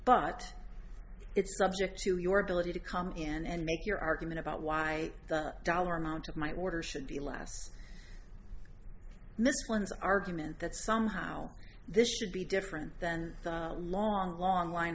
ability to come in and make your argument about why the dollar amount of might order should be less this one's argument that somehow this should be different than a long long line